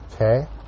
Okay